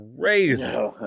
crazy